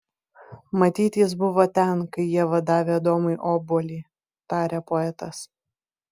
matyt jis buvo ten kai ieva davė adomui obuolį tarė poetas